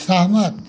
सहमत